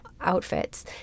outfits